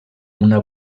una